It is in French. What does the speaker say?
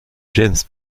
james